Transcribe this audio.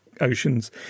oceans